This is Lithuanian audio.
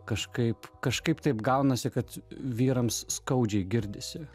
kažkaip kažkaip taip gaunasi kad vyrams skaudžiai girdisi